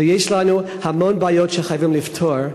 ויש לנו המון בעיות שחייבים לפתור,